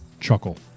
Chuckle